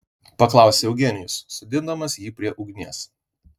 paklausė eugenijus sodindamas jį prie ugnies